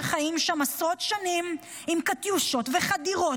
שחיים שם עשרות שנים עם קטיושות וחדירות,